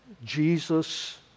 Jesus